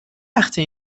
وقته